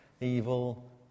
evil